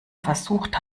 versucht